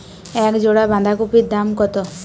এক জোড়া বাঁধাকপির দাম কত?